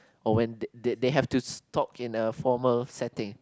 or when th~ they have to talk in a formal setting